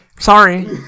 Sorry